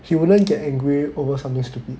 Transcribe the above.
he wouldn't get angry over something stupid